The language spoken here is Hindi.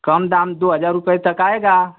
कम दाम दो हजार रुपए तक आएगा